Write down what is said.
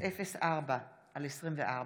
הוראות לעניין עקרת